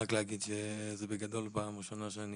רק להגיד בגדול שזאת פעם ראשונה שאני